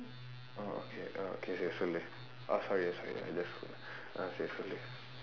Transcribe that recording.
oh okay okay sorry oh sorry sorry I just say sorry